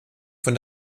von